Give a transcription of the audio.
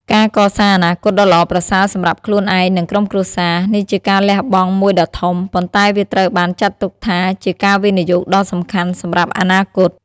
ការកសាងអនាគតដ៏ល្អប្រសើរសម្រាប់ខ្លួនឯង និងក្រុមគ្រួសារ នេះជាការលះបង់មួយដ៏ធំ ប៉ុន្តែវាត្រូវបានចាត់ទុកថាជាការវិនិយោគដ៏សំខាន់សម្រាប់អនាគត។